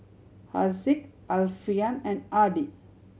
Haziq Alfian and Adi